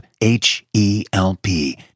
H-E-L-P